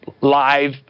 live